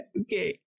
Okay